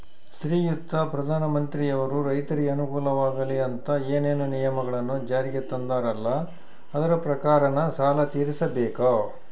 ಶ್ರೀಯುತ ಪ್ರಧಾನಮಂತ್ರಿಯವರು ರೈತರಿಗೆ ಅನುಕೂಲವಾಗಲಿ ಅಂತ ಏನೇನು ನಿಯಮಗಳನ್ನು ಜಾರಿಗೆ ತಂದಾರಲ್ಲ ಅದರ ಪ್ರಕಾರನ ಸಾಲ ತೀರಿಸಬೇಕಾ?